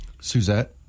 Suzette